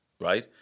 right